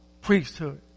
priesthood